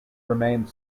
remained